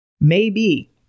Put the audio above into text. Maybe-